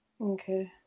Okay